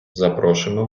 запрошуємо